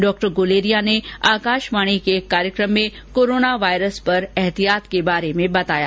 डॉ गुलेरिया ने आकाशवाणी के एक कार्यक्रम में कोरोना वायरस पर एहतियात के बारे में बताया